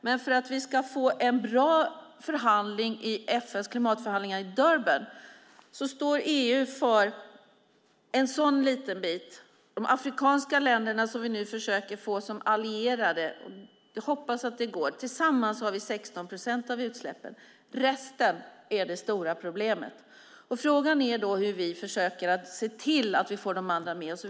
Men det måste bli en bra förhandling vid FN:s klimatförhandlingar i Durban, och står EU för en liten bit. Vi försöker nu få de afrikanska länderna att bli våra allierade. Tillsammans med dem har vi 16 procent av utsläppen. Resten är det stora problemet. Frågan är hur vi då försöker få de andra med oss.